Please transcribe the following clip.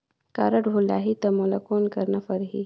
Card भुलाही ता मोला कौन करना परही?